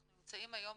אנחנו נמצאים היום